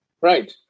Right